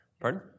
pardon